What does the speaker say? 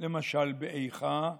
למשל באיכה: